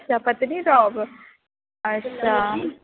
अच्छा पत्नीटाप अच्छा